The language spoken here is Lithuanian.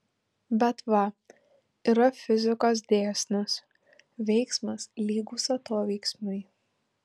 bet va yra fizikos dėsnis veiksmas lygus atoveiksmiui